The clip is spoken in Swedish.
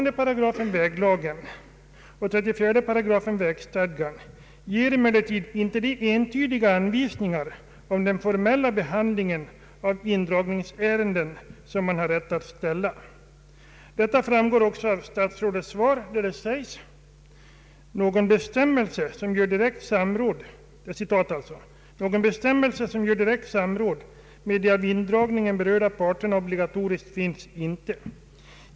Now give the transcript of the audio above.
Där ges emellertid inte de entydiga anvisningar om den formella behandlingen av indragningsärenden som man har rätt att begära. Detta framgår också av statsrådets svar, där det sägs att någon ”bestämmelse som gör direkt samråd med de av indragningen berörda parterna obligatorisk finns inte.